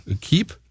keep